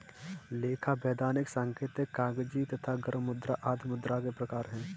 लेखा, वैधानिक, सांकेतिक, कागजी तथा गर्म मुद्रा आदि मुद्रा के प्रकार हैं